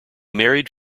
married